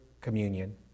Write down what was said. communion